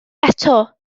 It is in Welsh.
eto